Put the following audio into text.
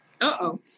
uh-oh